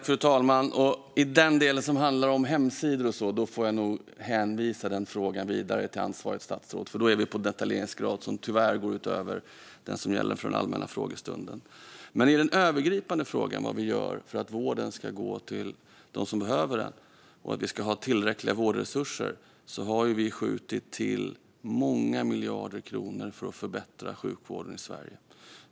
Fru talman! I den del som handlar om hemsidor och sådant får jag nog hänvisa frågan vidare till ansvarigt statsråd, för då är vi på en detaljeringsgrad som tyvärr går utöver den som gäller för den allmänna frågestunden. Men i den övergripande frågan om vad vi gör för att vården ska gå till dem som behöver den och att vi ska ha tillräckliga vårdresurser är svaret att vi har skjutit till många miljarder kronor för att förbättra sjukvården i Sverige.